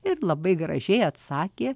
ir labai gražiai atsakė